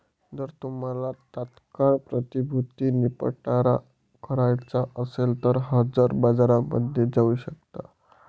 जर तुम्हाला तात्काळ प्रतिभूती निपटारा करायचा असेल तर हजर बाजारामध्ये जाऊ शकता